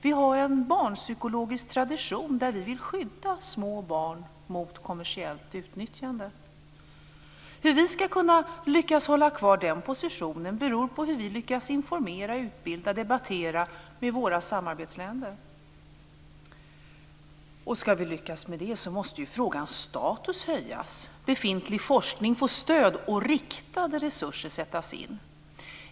Vi har en barnpsykologisk tradition där vi vill skydda små barn mot kommersiellt utnyttjande. Hur vi ska lyckas hålla kvar den positionen beror på hur vi lyckas informera, utbilda och debattera med våra samarbetsländer. Ska vi lyckas med det måste ju frågans status höjas, befintlig forskning få stöd och riktade resurser sättas in.